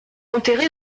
enterré